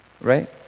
right